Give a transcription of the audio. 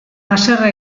haserre